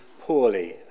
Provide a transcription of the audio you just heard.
poorly